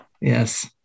Yes